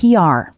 PR